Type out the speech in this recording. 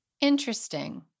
Interesting